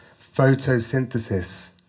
photosynthesis